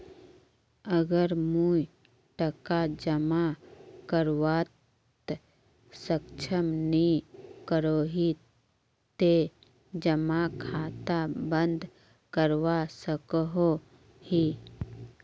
अगर मुई टका जमा करवात सक्षम नी करोही ते जमा खाता बंद करवा सकोहो ही?